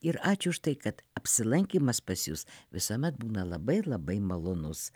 ir ačiū už tai kad apsilankymas pas jus visuomet būna labai labai malonus